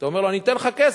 אתה אומר לו: אני אתן לך כסף.